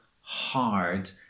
hard